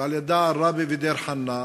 ועל-ידה עראבה ודיר-חנא,